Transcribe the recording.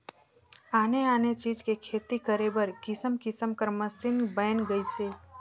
आने आने चीज के खेती करे बर किसम किसम कर मसीन बयन गइसे